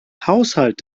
haushalt